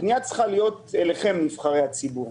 הפנייה צריכה להיות אליכם נבחרי הציבור.